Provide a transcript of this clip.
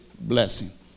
blessing